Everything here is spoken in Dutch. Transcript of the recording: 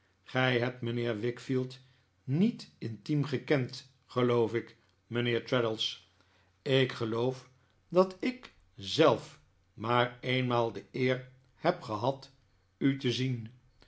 gij hebt mijnheer wickfield niet intiem gekend geloof ik mijnheer traddles ik geloof dat ik zelf maar eenmaal de eer neb gehad u te zien